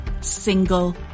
single